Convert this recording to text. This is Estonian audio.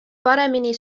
paremini